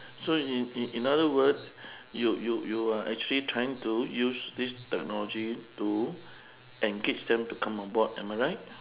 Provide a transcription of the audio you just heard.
so in in in other word you you you are actually trying to use this technology to engage them to come on board am I right